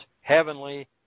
heavenly